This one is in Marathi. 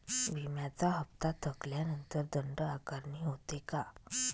विम्याचा हफ्ता थकल्यानंतर दंड आकारणी होते का?